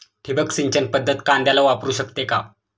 ठिबक सिंचन पद्धत कांद्याला वापरू शकते का?